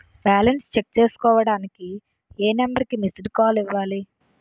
Balance check చేసుకోవటానికి ఏ number కి మిస్డ్ కాల్ ఇవ్వాలి?